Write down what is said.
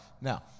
Now